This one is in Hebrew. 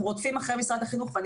אנחנו רודפים אחרי משרד החינוך ואני